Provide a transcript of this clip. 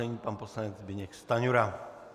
Nyní pan poslanec Zbyněk Stanjura.